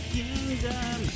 kingdom